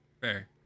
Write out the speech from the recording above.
Fair